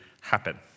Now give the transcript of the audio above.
happen